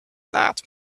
that